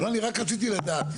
אני רק רציתי לדעת,